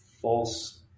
false